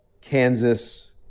Kansas